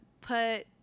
put